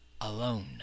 alone